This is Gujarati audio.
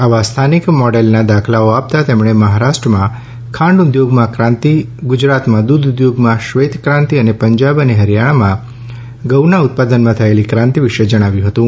આવા સ્થાનિક મોડેલના દાખલાઓ આપતાં તેમણે મહારાષ્ટ્રમાં ખાંડ ઉદ્યોગમાં કાંતિ ગુજરાતમાં દૂધ ઉદ્યોગમાં શ્વેતકાંતિ અને પંજાબ અને હરિથાણામાં ઘઉંના ઉત્પાદનમાં થયેલી ક્રાંતિ વિશે જણાવ્યું હતું